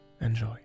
enjoy